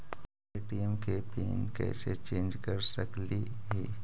ATM के PIN कैसे change कर सकली ही?